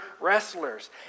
wrestlers